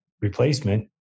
replacement